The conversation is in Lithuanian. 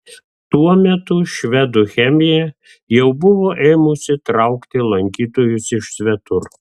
tuo metu švedų chemija jau buvo ėmusi traukti lankytojus iš svetur